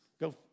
Go